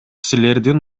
силердин